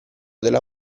della